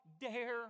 dare